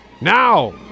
now